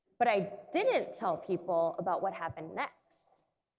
but i didn't tell people about what happened next.